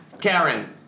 Karen